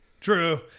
True